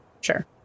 Sure